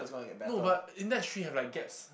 no but Index Three have like gaps